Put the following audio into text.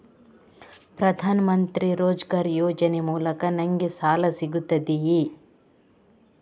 ಪ್ರದಾನ್ ಮಂತ್ರಿ ರೋಜ್ಗರ್ ಯೋಜನೆ ಮೂಲಕ ನನ್ಗೆ ಸಾಲ ಸಿಗುತ್ತದೆಯೇ?